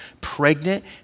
pregnant